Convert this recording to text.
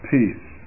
Peace